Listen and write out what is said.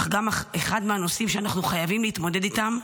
אך גם אחד מהנושאים שאנחנו חייבים להתמודד איתם,